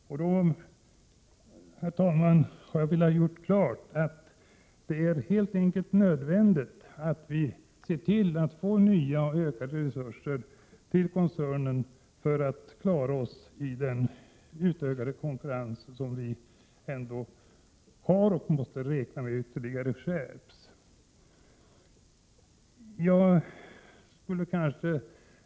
Då har jag, herr talman, velat göra klart att det helt enkelt är nödvändigt att vi ser till att koncernen får nya och ökade resurser för att klara sig i den ökande konkurrens som vi ändå har och måste räkna med ytterligare skärps.